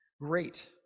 Great